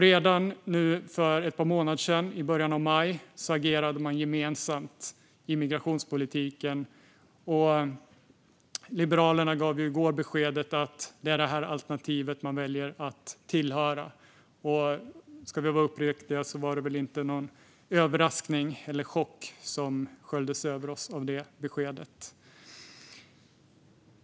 Redan för ett par månader sedan, i maj, agerade man gemensamt i migrationspolitiken, och Liberalerna gav i går beskedet att det är det här alternativet man väljer att tillhöra. Ska vi vara uppriktiga var det väl inte någon överraskning eller chock som sköljde över oss i och med det beskedet.